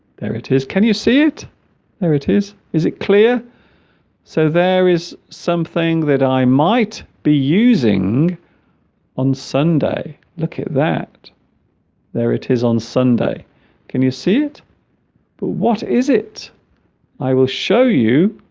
there it is can you see it there it is is it clear so there is something that i might be using on sunday look at that there it is on sunday can you see it but what is it i will show you